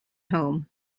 home